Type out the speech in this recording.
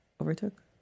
overtook